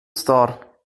star